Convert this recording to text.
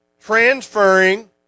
transferring